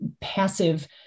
passive